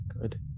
Good